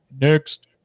next